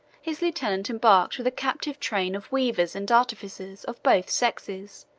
his lieutenant embarked with a captive train of weavers and artificers of both sexes,